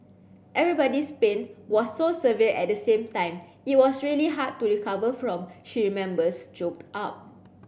everybody's pain was so severe at the same time it was really hard to recover from she remembers choked up